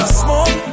smoke